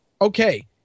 Okay